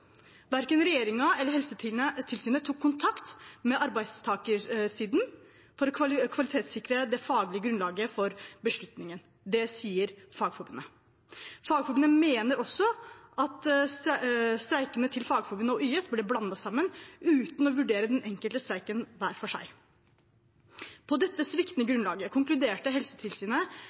Verken regjeringen eller Helsetilsynet tok kontakt med arbeidstakersiden for å kvalitetssikre det faglige grunnlaget for beslutningen. Det sier Fagforbundet. Fagforbundet mener også at streikene til Fagforbundet og YS ble blandet sammen uten å vurdere den enkelte streik for seg. På dette sviktende grunnlaget konkluderte Helsetilsynet